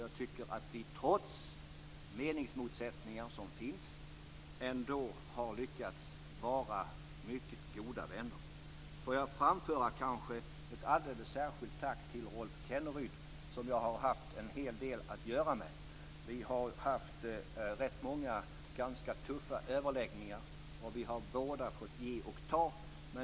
Jag tycker att vi trots de meningsmotsättningar som finns ändå lyckats vara mycket goda vänner. Får jag framföra ett alldeles särskilt tack till Rolf Kenneryd som jag har haft en hel del att göra med. Vi har haft rätt många ganska tuffa överläggningar. Vi har båda fått ge och ta.